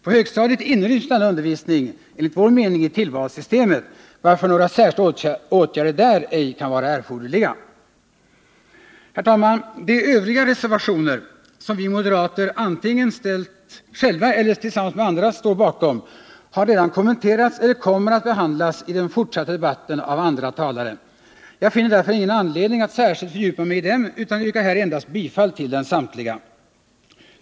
På högstadiet inryms denna undervisning enligt vår mening i tillvalssystemet, varför några särskilda åtgärder där ej kan vara erforderliga. Herr talman! De övriga reservationer som vi moderater antingen själva eller tillsammans med andra står bakom har redan kommenterats eller kommer att behandlas i den fortsatta debatten av andra talare. Jag finner därför ingen anledning att särskilt fördjupa mig dem utan yrkar här endast bifall till samtliga.